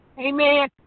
Amen